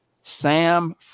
Sam